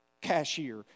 cashier